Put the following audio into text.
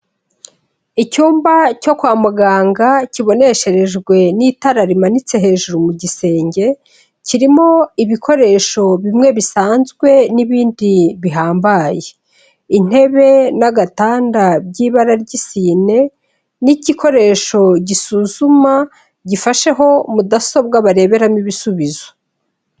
Icyumba cyo kwa muganga kibonesherejwe n'itara rimanitse hejuru mu gisenge, kirimo ibikoresho bimwe bisanzwe n'ibindi bihambaye. Intebe n'agatanda by'ibara ry'isine, n'igikoresho gisuzuma gifasheho mudasobwa bareberamo ibisubizo